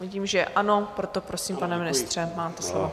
Vidím, že ano, proto prosím, pane ministře, máte slovo.